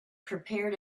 prepared